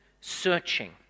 searching